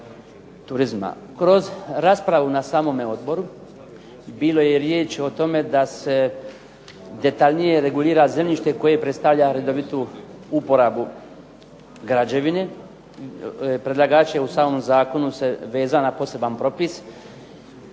Kroz raspravu na samomu odboru bilo je riječ o tome da se detaljnije regulira zemljište koje predstavlja redovitu uporabu građevine. Predlagač je u samom Zakonu se vezao na poseban propis